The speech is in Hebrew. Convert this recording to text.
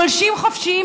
גולשים חופשיים,